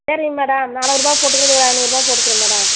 சரிங்க மேடம் நானூறுரூபா போட்டுக்குறதுக்கு ஐந்நூறுரூபா போட்டுக்குறேன் மேடம்